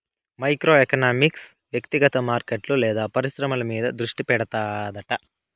micro economics వ్యక్తిగత మార్కెట్లు లేదా పరిశ్రమల మీద దృష్టి పెడతాడట